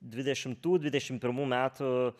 dvidešimtų dvidešimt pirmų metų